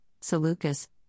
Seleucus